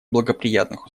благоприятных